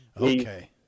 Okay